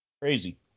Crazy